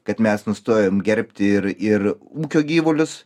kad mes nustojom gerbti ir ir ūkio gyvulius